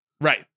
Right